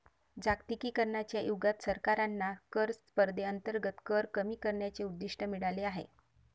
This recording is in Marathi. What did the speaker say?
जागतिकीकरणाच्या युगात सरकारांना कर स्पर्धेअंतर्गत कर कमी करण्याचे उद्दिष्ट मिळाले आहे